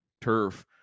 turf